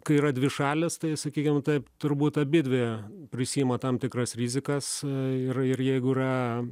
kai yra dvišalės tai sakykim taip turbūt abidvi prisiima tam tikras rizikas ir ir jeigu yra